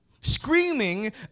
Screaming